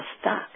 stuck